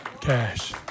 Cash